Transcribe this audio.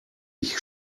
ich